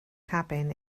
cabin